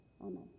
Amen